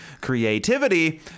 creativity